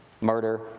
Murder